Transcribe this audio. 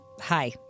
hi